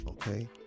Okay